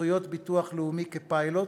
זכויות ביטוח לאומי כפיילוט